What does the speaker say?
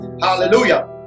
hallelujah